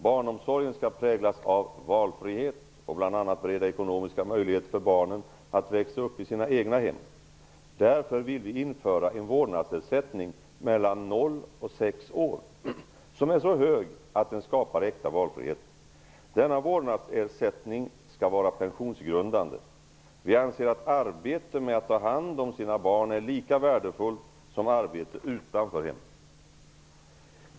Barnomsorgen skall präglas av valfrihet och bl.a. bereda ekonomiska möjligheter för barnen att växa upp i sina egna hem. Därför vill vi införa en vårdnadsersättning mellan noll och sex år, som är så hög att den skapar äkta valfrihet. Denna vårdnadsersättning skall vara pensionsgrundande. Vi anser att arbete med att ta hand om sina barn är lika värdefullt som arbete utanför hemmet.''